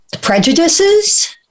prejudices